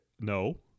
No